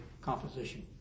composition